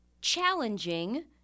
challenging